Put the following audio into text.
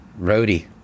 roadie